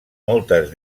moltes